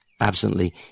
Absently